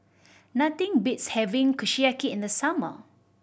nothing beats having Kushiyaki in the summer